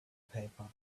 paper